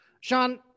Sean